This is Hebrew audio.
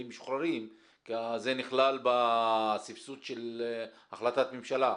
משוחררים כי זה נכלל בסבסוד של החלטת ממשלה,